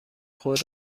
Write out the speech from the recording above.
خود